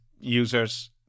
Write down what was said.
users